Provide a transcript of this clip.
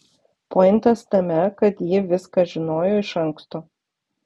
pointas tame kad ji viską žinojo iš anksto